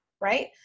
Right